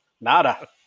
Nada